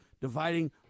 dividing